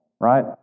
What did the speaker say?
right